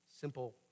simple